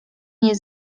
nie